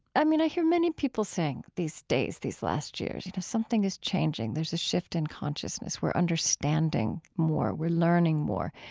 i mean, i hear many people say these days, these last years, you know, something is changing. there's a shift in consciousness. we're understanding more. we're learning more.